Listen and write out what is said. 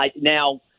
Now